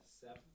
Seven